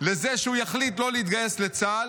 לזה שהוא יחליט לא להתגייס לצה"ל,